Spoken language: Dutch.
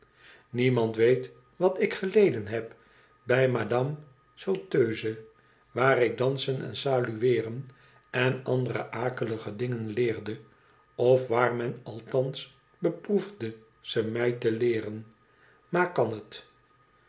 niemand weet wat ik geleden heb bij madame sauteuse waar ik dansen en salueeren en andere akelige dingen leerde of waar men althans beproefde ze mij te leeren ma kan het